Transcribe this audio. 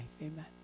amen